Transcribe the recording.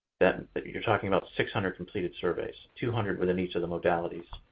that you're talking about six hundred completed surveys, two hundred within each of the modalities.